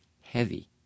heavy